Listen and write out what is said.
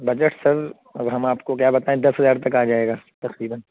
budget sir اب ہم آپ کو کیا بتائیں دس ہزار تک آ جائے گا تقریباً